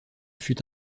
fut